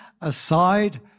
aside